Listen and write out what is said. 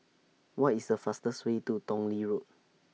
What IS The fastest Way to Tong Lee Road